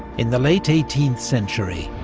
in the late eighteenth century,